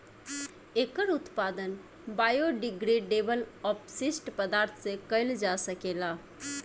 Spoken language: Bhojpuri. एकर उत्पादन बायोडिग्रेडेबल अपशिष्ट पदार्थ से कईल जा सकेला